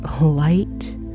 light